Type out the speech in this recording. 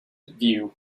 view